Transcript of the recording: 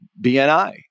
BNI